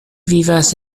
vivas